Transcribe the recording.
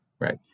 right